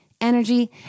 energy